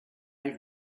have